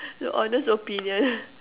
the honest opinion